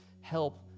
Help